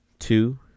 two